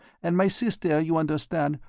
and my sister, you understand,